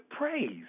praise